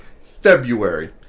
February